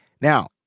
Now